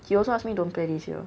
he also ask me don't play this year